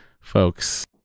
folks